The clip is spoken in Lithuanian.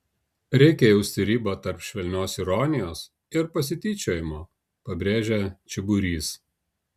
reikia jausti ribą tarp švelnios ironijos ir pasityčiojimo pabrėžia čiburys